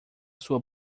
sua